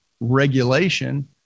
regulation